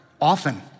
often